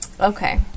Okay